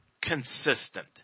consistent